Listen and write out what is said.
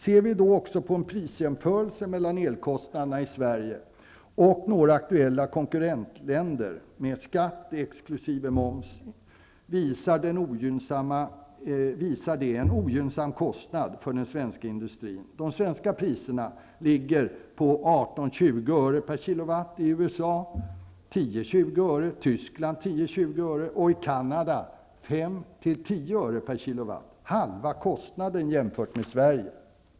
Gör vi då också en prisjämförelse mellan elkostnaderna i Sverige och i några aktuella konkurrentländer, med skatt exkl. moms, visar den en ogynnsam kostnad för den svenska industrin. De svenska priserna ligger på 18--20 öre per kilowatt, priserna i USA på 10--20 öre, i Tyskland på 10--20 halva kostnaden jämfört med Sverige.